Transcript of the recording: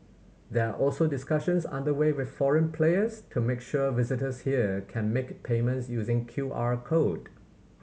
there are also discussions under way with foreign players to make sure visitors here can make payments using Q R code